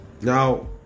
now